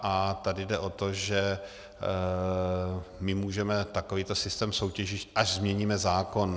A tady jde o to, že my můžeme takovýto systém soutěžit, až změníme zákon.